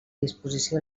disposició